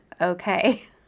okay